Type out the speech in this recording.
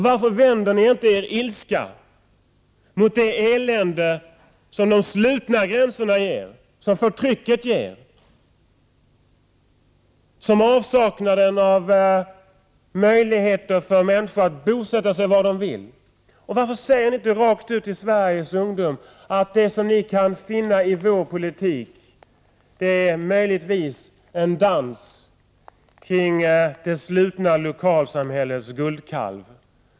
Varför vänder ni inte er ilska mot det elände som de slutna gränserna och förtrycket ger, det elände som avsaknaden av möjlighet för människor att bosätta sig var de vill ger? Varför säger ni inte rakt ut till Sveriges ungdom: Det som ni kan finna i vår politik är möjligtvis en dans kring det slutna Prot. 1988/89:129 lokalsamhällets guldkalv.